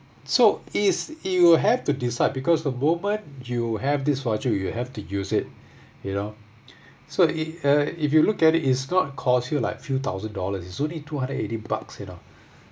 so is it will have to decide because the moment you have this voucher you have to use it you know so it uh if you look at it's not cost you like few thousand dollars it's only two hundred eighty bucks you know